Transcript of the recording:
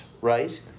right